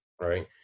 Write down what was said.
Right